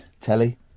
Telly